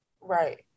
Right